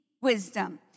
wisdom